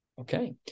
Okay